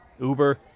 Uber